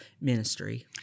ministry